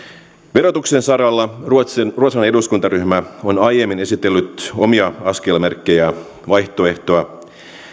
verotuksen saralla ruotsalainen eduskuntaryhmä on aiemmin esitellyt omia askelmerkkejään vaihtoehtoa